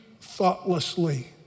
thoughtlessly